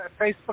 Facebook